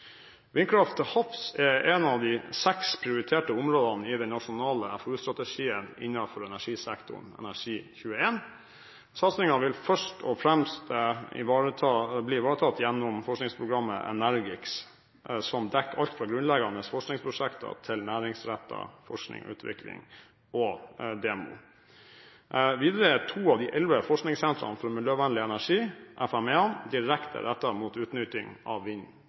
Vindkraft til havs er ett av de seks prioriterte områdene i den nasjonale FoU-strategien innenfor energisektoren, Energi21. Satsingen blir først og fremst ivaretatt gjennom forskningsprogrammet ENERGIX som dekker alt fra grunnleggende forskningsprosjekter til næringsrettet forskning og utvikling og demo. Videre er to av de elleve forskningssentrene for miljøvennlig energi – FMEene – direkte rettet mot utnytting av vind